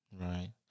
Right